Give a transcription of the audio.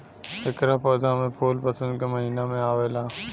एकरा पौधा में फूल वसंत के महिना में आवेला